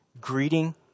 greeting